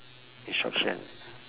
instruction